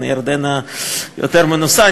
ירדנה יותר מנוסה.